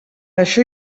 això